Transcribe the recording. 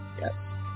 yes